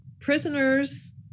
Prisoners